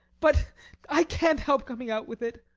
but i can't help coming out with it!